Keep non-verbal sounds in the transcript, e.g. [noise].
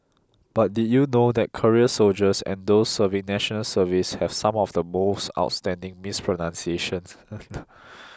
but did you know that career soldiers and those serving National Service have some of the most outstanding mispronunciations [noise]